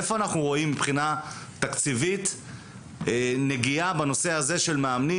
איפה אנחנו רואים מבחינה תקציבית נגיעה בנושא הזה של מאמנים,